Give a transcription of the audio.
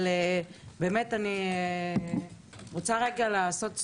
אבל באמת אני רוצה לעשות סטופ.